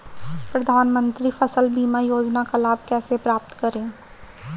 प्रधानमंत्री फसल बीमा योजना का लाभ कैसे प्राप्त करें?